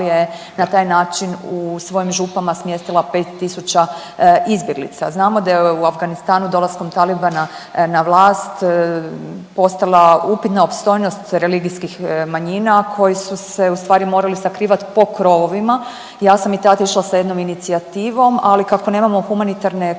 na taj način u svojim župama smjestila 5 tisuća izbjeglica. Znamo da je u Afganistanu dolaskom talibana na vlast postala upitna opstojnost religijskih manjina koji su se ustvari morali sakrivati po krovovima. Ja sam i tad išla sa jednom inicijativom, ali kako nemamo humanitarne koridore